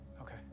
Okay